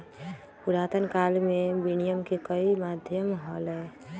पुरातन काल में विनियम के कई माध्यम हलय